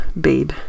Babe